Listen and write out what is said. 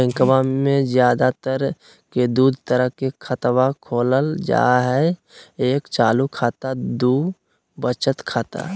बैंकवा मे ज्यादा तर के दूध तरह के खातवा खोलल जाय हई एक चालू खाता दू वचत खाता